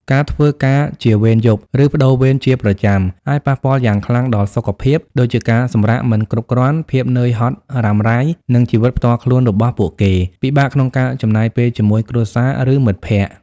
ការធ្វើការជាវេនយប់ ឬប្តូរវេនជាប្រចាំអាចប៉ះពាល់យ៉ាងខ្លាំងដល់សុខភាព ដូចជាការសម្រាកមិនគ្រប់គ្រាន់ ភាពនឿយហត់រ៉ាំរ៉ៃ និងជីវិតផ្ទាល់ខ្លួនរបស់ពួកគេ ពិបាកក្នុងការចំណាយពេលជាមួយគ្រួសារ ឬមិត្តភក្តិ។